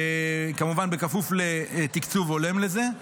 כמובן כפוף לתקצוב הולם לזה.